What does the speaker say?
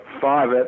five